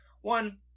One